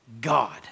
God